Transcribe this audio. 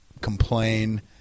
complain